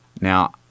Now